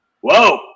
whoa